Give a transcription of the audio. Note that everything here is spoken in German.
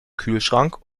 kühlschrank